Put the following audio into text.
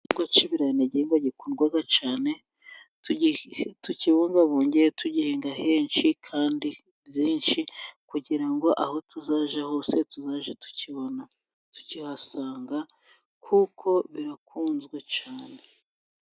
Igihingwa cy'ibirayi ni igihingwa gikundwa cyane. Tukibungabunge tugihinga henshi, kandi kugira ngo aho tuzajya hose tuzajye tukibona ,tukihasanga kuko birakunzwe cyane.